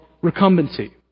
recumbency